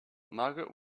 margaret